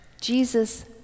Jesus